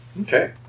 Okay